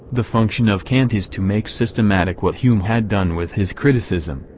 the function of kant is to make systematic what hume had done with his criticism,